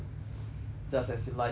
just as you like it history